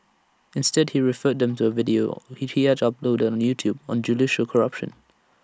instead he referred them to A video he he had uploaded on YouTube on judicial corruption